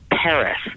Paris